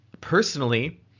personally